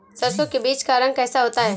सरसों के बीज का रंग कैसा होता है?